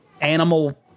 animal